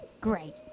Great